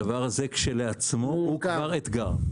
הדבר הזה כשלעצמו הוא כבר אתגר.